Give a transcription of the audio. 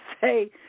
say